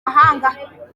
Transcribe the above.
mahanga